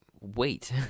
Wait